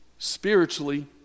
spiritually